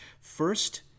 First